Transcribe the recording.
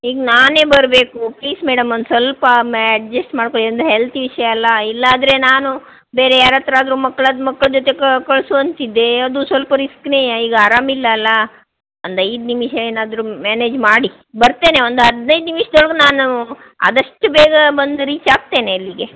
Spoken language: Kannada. ಈಗ ನಾನೇ ಬರಬೇಕು ಪ್ಲೀಸ್ ಮೇಡಮ್ ಒಂದು ಸ್ವಲ್ಪ ಮೆ ಅಡ್ಜಸ್ಟ್ ಮಾಡಿಕೊಳ್ಳಿ ಅಂದರೆ ಹೆಲ್ತ್ ವಿಷಯ ಅಲ್ಲಾ ಇಲ್ಲಾಂದ್ರೆ ನಾನು ಬೇರೆ ಯಾರತ್ರಾದರೂ ಮಕ್ಕಳದು ಮಕ್ಕಳ ಜೊತೆ ಕ ಕಳಿಸು ಅಂತಿದ್ದೆ ಅದು ಸ್ವಲ್ಪ ರಿಸ್ಕ್ನೇ ಈಗ ಆರಾಮಿಲ್ಲ ಅಲ್ಲಾ ಒಂದು ಐದು ನಿಮಿಷ ಏನಾದರೂ ಮ್ಯಾನೇಜ್ ಮಾಡಿ ಬರ್ತೇನೆ ಒಂದು ಹದಿನೈದು ನಿಮಿಷದೊಳ್ಗೆ ನಾನು ಆದಷ್ಟು ಬೇಗ ಬಂದು ರೀಚಾಗ್ತೇನೆ ಅಲ್ಲಿಗೆ